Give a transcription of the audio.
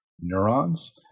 neurons